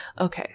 Okay